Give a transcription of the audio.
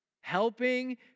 Helping